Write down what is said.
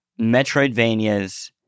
Metroidvanias